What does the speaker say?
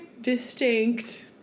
distinct